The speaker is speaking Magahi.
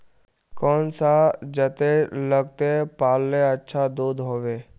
कौन सा जतेर लगते पाल्ले अच्छा दूध होवे?